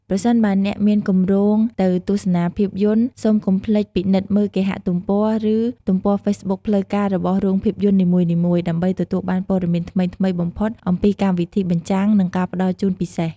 ប្រសិនបើអ្នកមានគម្រោងទៅទស្សនាភាពយន្ត សូមកុំភ្លេចពិនិត្យមើលគេហទំព័រ ឬទំព័រហ្វេសប៊ុកផ្លូវការរបស់រោងភាពយន្តនីមួយៗ ដើម្បីទទួលបានព័ត៌មានថ្មីៗបំផុតអំពីកម្មវិធីបញ្ចាំង និងការផ្តល់ជូនពិសេស។